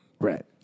Right